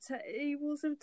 tables